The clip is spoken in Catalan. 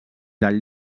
del